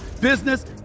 business